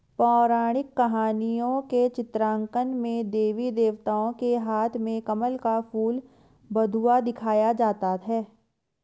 पौराणिक कहानियों के चित्रांकन में देवी देवताओं के हाथ में कमल का फूल बहुधा दिखाया जाता है